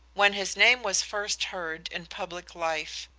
when his name was first heard in public life,